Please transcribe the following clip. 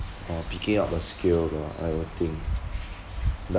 or picking up a skill lah I would think like